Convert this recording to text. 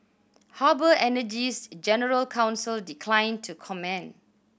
harbour Energy's general counsel declined to comment